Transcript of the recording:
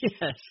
Yes